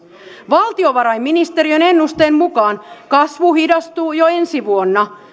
valtiovarainministeriön ennusteen mukaan kasvu hidastuu jo ensi vuonna